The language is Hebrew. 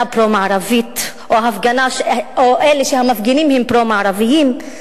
פרו-מערבית" או שהמפגינים הם פרו-מערביים,